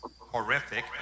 horrific